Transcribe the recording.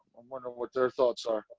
um wonder what their thoughts are